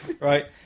right